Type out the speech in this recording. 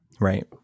Right